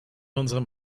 unserem